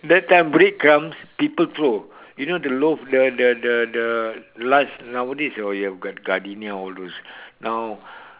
that time bread crumbs people throw you know the loaf the the the the last nowadays oh you have gardenia all those now